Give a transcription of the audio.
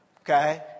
Okay